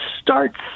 starts